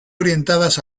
orientadas